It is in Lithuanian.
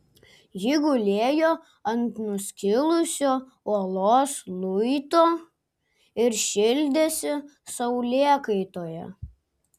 ji gulėjo ant nuskilusio uolos luito ir šildėsi saulėkaitoje